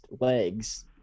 legs